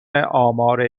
آمار